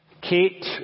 Kate